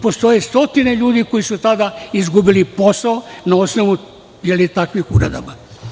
Postoje stotine ljudi koji su tada izgubili posao, na osnovu takvih uredaba.